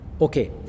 Okay